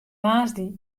woansdei